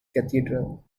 cathedral